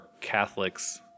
Catholics